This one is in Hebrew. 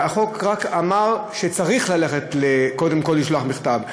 שהחוק רק אמר שצריך ללכת קודם כול לשלוח מכתב.